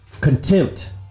contempt